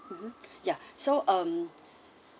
mmhmm yeah so um